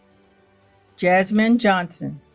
jasmine johnson